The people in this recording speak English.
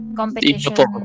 competition